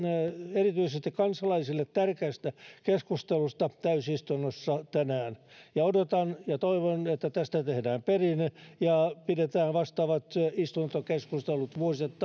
tästä kansalaisille tärkeästä keskustelusta täysistunnossa tänään odotan ja toivon että tästä tehdään perinne ja pidetään vuosittain vastaavat istuntokeskustelut